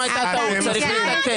צריך לתקן.